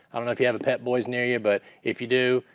i don't know if you have a pep boys near you, but if you do,